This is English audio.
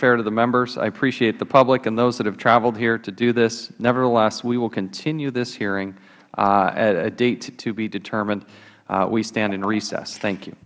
fair to the members i appreciate the public and those that have traveled here to do this nevertheless we will continue this hearing at a date to be determined we stand in recess thank you